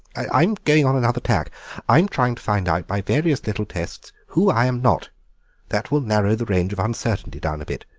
i'm going on another tack i'm trying to find out by various little tests who i am not that will narrow the range of uncertainty down a bit.